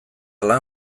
lan